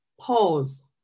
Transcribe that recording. pause